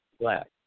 Black